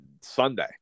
Sunday